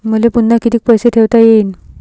मले पुन्हा कितीक पैसे ठेवता येईन?